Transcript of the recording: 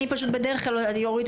אורית,